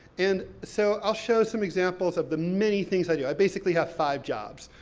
and so, i'll show some examples of the many things i do. i basically have five jobs.